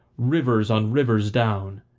rivers on rivers down,